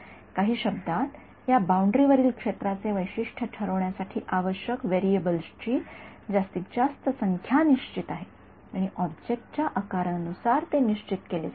काही शब्दांत या बाउंडरी वरील क्षेत्राचे वैशिष्ट्य ठरवण्यासाठी आवश्यक व्हेरिएबल्सची जास्तीत जास्त संख्या निश्चित आहे आणि ऑब्जेक्ट च्या आकारानुसार ते निश्चित केले जाते